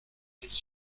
ses